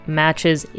matches